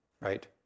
right